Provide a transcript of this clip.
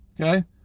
Okay